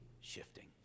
shifting